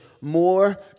more